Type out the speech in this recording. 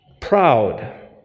proud